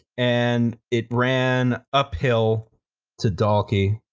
and it ran uphill to dalkey,